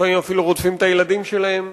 לפעמים אפילו רודפים את הילדים שלהם,